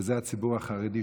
וזה הציבור החרדי,